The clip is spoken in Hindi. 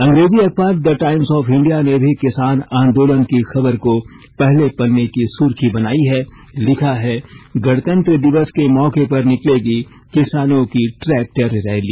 अंग्रेजी अखबार द टाईम्स ऑफ इंडिया ने भी किसान आंदोलन की खबर को पहले पन्ने की सुर्खी बनायी है लिखा है गणतंत्र दिवस के मौके पर निकलेगी किसानों की ट्रैक्टर रैली